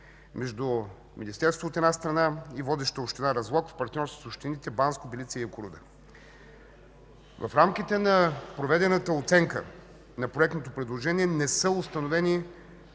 между Министерството, от една страна, и водещата община Разлог в партньорство с общините Банско, Белица и Якоруда. В рамките на проведената оценка на проектното предложение не са установени